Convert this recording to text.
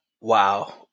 Wow